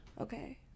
Okay